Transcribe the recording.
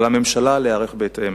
על הממשלה להיערך בהתאם.